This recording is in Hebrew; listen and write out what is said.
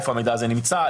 איפה המידע הזה נמצא,